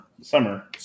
Summer